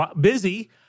busy